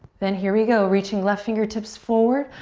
then here you go, reaching left fingertips forward,